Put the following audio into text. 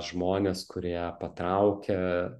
žmonės kurie patraukia